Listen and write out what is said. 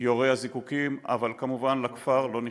יורי הזיקוקים, אבל כמובן לכפר לא נכנסה.